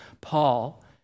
Paul